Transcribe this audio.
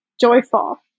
joyful